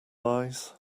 lies